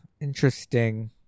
Interesting